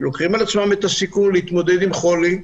לוקחים על עצמם את הסיכון להתמודד עם חולי.